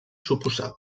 suposava